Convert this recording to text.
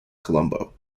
colombo